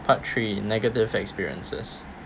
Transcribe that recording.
part three negative experiences